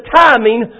timing